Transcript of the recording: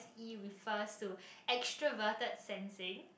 E refer to extraverted sensing